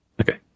Okay